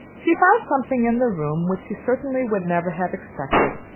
she found something in the room which she certainly would never have expected.